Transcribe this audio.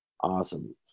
Awesome